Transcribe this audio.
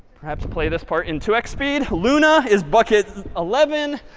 perhaps play this part in two x speed. luna is bucket eleven.